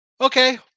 Okay